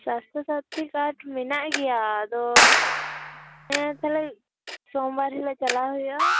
ᱥᱟᱥᱛᱷᱚ ᱥᱟᱛᱷᱤ ᱠᱟᱨᱰ ᱢᱮᱱᱟᱜ ᱜᱮᱭᱟ ᱟᱫᱚ ᱦᱮᱸ ᱛᱟᱦᱚᱞᱮ ᱥᱚᱢᱵᱟᱨ ᱦᱤᱞᱳᱜ ᱪᱟᱞᱟᱣ ᱦᱩᱭᱩᱜ ᱟ